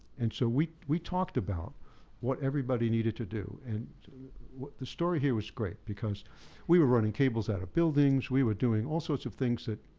and so we we talked about what everybody needed to do. and the story here was great because we were running cables outta buildings. we were doing all sorts of things that